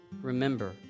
remember